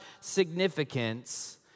significance